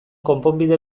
konponbide